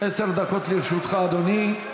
עשר דקות לרשותך, אדוני.